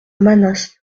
manas